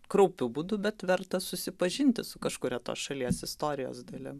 kraupiu būdu bet verta susipažinti su kažkuria tos šalies istorijos dalim